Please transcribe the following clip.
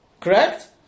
correct